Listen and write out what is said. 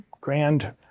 grand